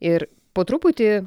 ir po truputį